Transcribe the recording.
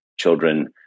children